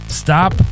Stop